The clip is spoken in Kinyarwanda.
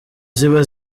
ziba